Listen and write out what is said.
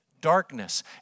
darkness